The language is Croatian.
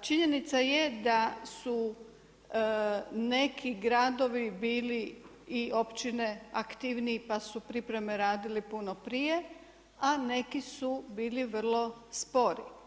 činjenica je da su neki gradovi bili i općini aktivniji, pa su pripreme radili puno prije, a neki su bili vrlo spori.